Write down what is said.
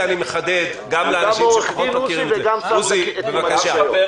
אני מבקש ממך לא לבקש.